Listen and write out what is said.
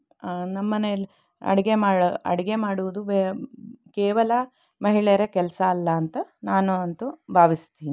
ನಮ್ಮ ಮನೇಲಿ ಅಡಿಗೆ ಮಾಡಿ ಅಡಿಗೆ ಮಾಡುವುದು ಕೇವಲ ಮಹಿಳೆಯರ ಕೆಲಸ ಅಲ್ಲ ಅಂತ ನಾನು ಅಂತೂ ಭಾವಿಸ್ತೀನಿ